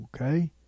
Okay